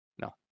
No